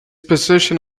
position